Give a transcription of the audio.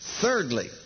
Thirdly